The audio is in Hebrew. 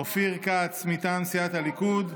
אופיר כץ מטעם סיעת הליכוד,